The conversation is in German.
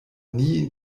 nie